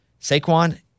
Saquon